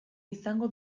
izango